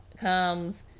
Comes